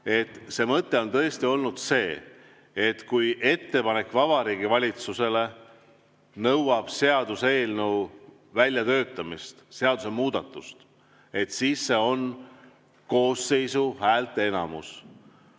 see mõte on tõesti olnud see, et kui ettepanek Vabariigi Valitsusele nõuab seaduseelnõu väljatöötamist, seadusemuudatust, siis on vaja koosseisu häälteenamust.